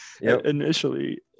initially